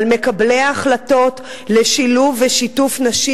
על מקבלי ההחלטות לשילוב ושיתוף של נשים